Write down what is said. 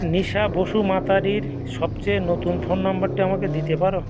নিশা বসু মাতারির সবচেয়ে নতুন ফোন নাম্বারটা আমাকে দিতে পারো